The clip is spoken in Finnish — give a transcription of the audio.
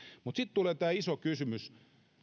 mutta sitten tulee tämä iso kysymys